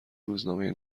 روزنامه